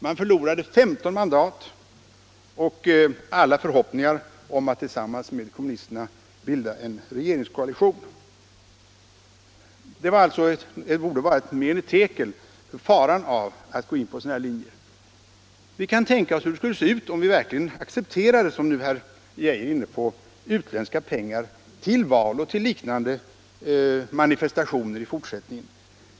Man förlorade 15 mandat, och alla förhoppningar om att tillsammans med kommunisterna bilda en regeringskoalition. Det borde alltså vara ett mene tekel för faran av att gå in för sådana linjer. Vi kan tänka oss hur det skulle se ut om vi verkligen, som herr Geijer nu är inne på, accepterade utländska pengar till val och liknande manifestationer i fortsättningen.